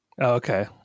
okay